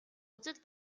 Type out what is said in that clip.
үзэл